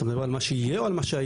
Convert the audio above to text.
אתם מדברים על מה שיהיה או על מה שהיה?